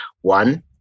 one